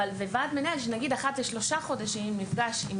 אבל זה ועד מנהל שנגיד אחת לשלושה חודשים נפגש עם